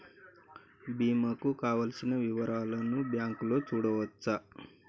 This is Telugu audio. బీమా కు కావలసిన వివరాలను బ్యాంకులో చూడొచ్చా?